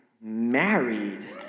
married